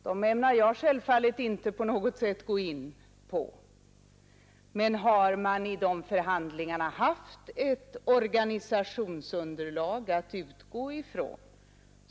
Dem ämnar jag självfallet inte på något sätt gå in på. Men har man vid de förhandlingarna haft ett organisationsunderlag att utgå från?